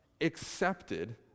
accepted